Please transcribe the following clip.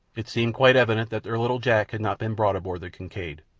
it seemed quite evident that their little jack had not been brought aboard the kincaid.